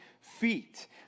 feet